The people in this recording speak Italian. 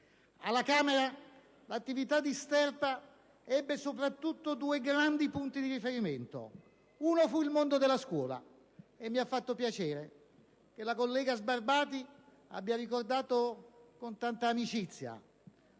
Alla Camera l'attività di Sterpa ebbe soprattutto due grandi punti di riferimento, uno dei quali fu il mondo della scuola. E mi ha fatto piacere che la senatrice Sbarbati abbia ricordato con tanta amicizia